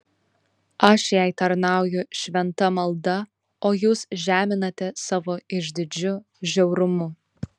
aš jai tarnauju šventa malda o jūs žeminate savo išdidžiu žiaurumu